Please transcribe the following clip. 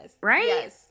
Right